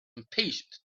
impatient